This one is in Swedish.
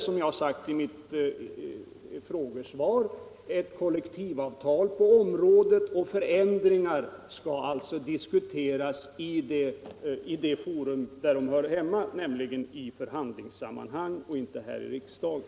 Som jag har sagt i mitt svar finns nu ett kollektivavtal på området, och förändringar skall alltså diskuteras i det forum där de hör hemma, nämligen i förhandlingssammanhang och inte här i riksdagen.